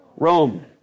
Rome